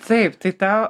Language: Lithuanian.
taip tai ta